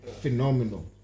phenomenal